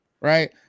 right